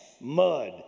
mud